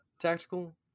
tactical